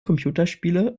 computerspiele